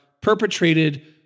perpetrated